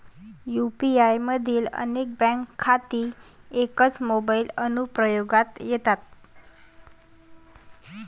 UPI मधील अनेक bank खाती एकाच मोबाइल अनुप्रयोगात येतात